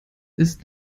ist